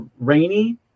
rainy